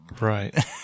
Right